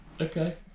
okay